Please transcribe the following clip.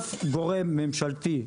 אף גורם ממשלתי,